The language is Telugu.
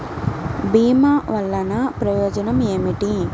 భీమ వల్లన ప్రయోజనం ఏమిటి?